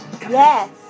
Yes